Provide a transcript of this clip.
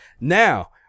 now